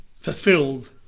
fulfilled